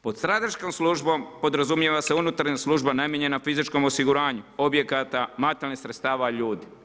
Pod strateškom službom podrazumijeva se unutarnja služba namijenjena fizičkom osiguranju objekata, materijalnih sredstava, ljudi.